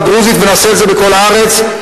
ונעשה את זה בכל הארץ,